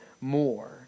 more